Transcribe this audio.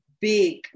big